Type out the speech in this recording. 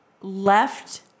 left